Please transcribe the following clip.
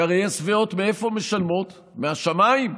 כי יס והוט, מאיפה משלמות, מהשמיים?